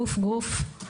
גוף-גוף,